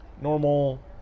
normal